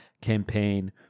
campaign